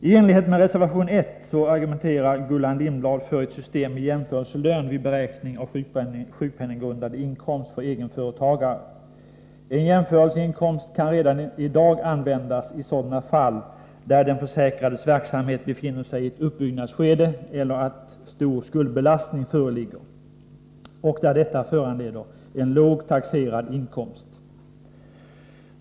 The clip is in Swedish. I enlighet med reservation 1 argumenterar Gullan Lindblad för ett system med jämförelselön vid beräkning av sjukpenninggrundande inkomst för egenföretagare. En jämförelseinkomst kan redan i dag användas i sådana fall där den försäkrades verksamhet befinner sig i ett uppbyggnadsskede eller där stor skuldbelastning föreligger och detta föranleder en lågt taxerad inkomst.